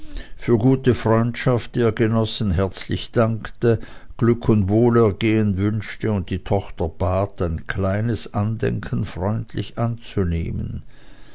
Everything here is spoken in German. für gute freundschaft die er genossen herzlich dankte glück und wohlergehen wünschte und die tochter bat ein kleines andenken freundlich anzunehmen